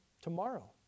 tomorrow